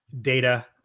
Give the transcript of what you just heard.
data